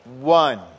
one